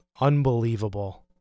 unbelievable